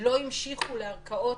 לא המשיכו לערכאות